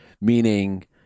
meaning